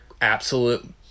absolute